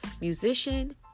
musician